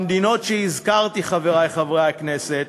במדינות שהזכרתי, חברי חברי הכנסת,